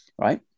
right